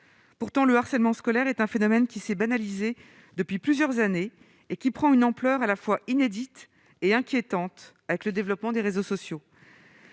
pourtant le harcèlement scolaire est un phénomène qui s'est banalisé depuis plusieurs années et qui prend une ampleur à la fois inédite et inquiétante, avec le développement des réseaux sociaux